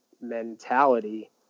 mentality